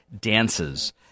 dances